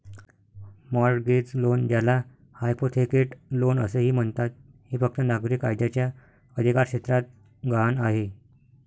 mortgage loan, ज्याला hypothecate loan असेही म्हणतात, हे फक्त नागरी कायद्याच्या अधिकारक्षेत्रात गहाण आहे